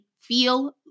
feel